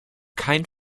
kein